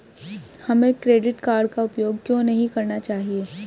हमें credit card का उपयोग क्यों नहीं करना चाहिए?